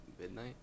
midnight